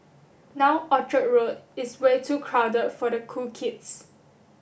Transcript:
now Orchard Road is way too crowded for the cool kids